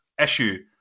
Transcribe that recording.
issue